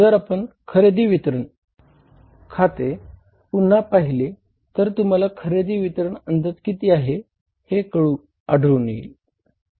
जर आपण खरेदी वितरण खाते पुन्हा पाहिले तर तुम्हाला खरेदी वितरण अंदाज किती आहे हे आढळून येईल